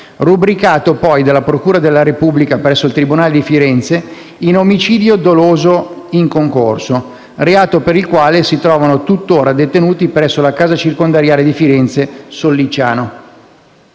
rubricato poi dalla procura della Repubblica presso il tribunale di Firenze in omicidio doloso in concorso, reato per il quale si trovano tuttora detenuti presso la casa circondariale di Firenze-Sollicciano.